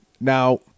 now